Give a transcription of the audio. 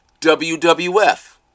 WWF